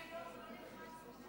אדוני היו"ר, זה לא נלחץ לי.